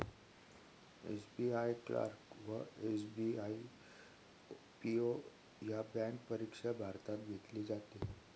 SBI clerk व SBI PO ह्या bank परीक्षा भारतात घेतली जाते